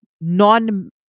non